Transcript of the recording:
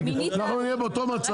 אנחנו נהיה באותו מצב,